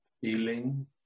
feeling